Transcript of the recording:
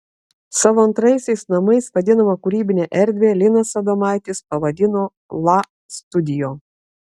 savo antraisiais namais vadinamą kūrybinę erdvę linas adomaitis pavadino la studio